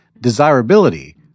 desirability